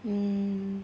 mm